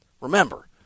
remember